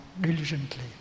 diligently